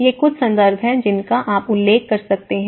ये कुछ संदर्भ हैं जिनका आप उल्लेख कर सकते हैं